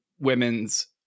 women's